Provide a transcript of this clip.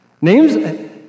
Names